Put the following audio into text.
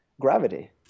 gravity